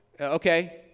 Okay